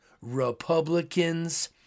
Republicans